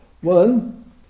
One